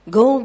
go